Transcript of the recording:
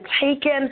taken